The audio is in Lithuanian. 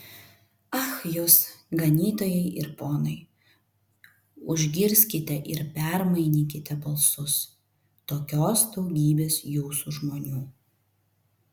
ach jūs ganytojai ir ponai užgirskite ir permainykite balsus tokios daugybės jūsų žmonių